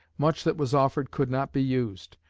much that was offered could not be used.